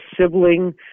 sibling